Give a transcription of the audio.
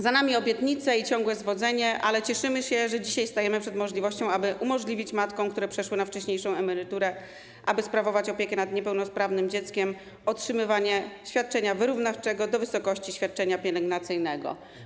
Za nami obietnice i ciągłe zwodzenie, ale cieszymy się, że dzisiaj stajemy przed szansą, aby umożliwić matkom, które przeszły na wcześniejszą emeryturę, aby sprawować opiekę nad niepełnosprawnym dzieckiem, otrzymywanie świadczenia wyrównawczego do wysokości świadczenia pielęgnacyjnego.